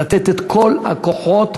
לתת את כל הכוחות,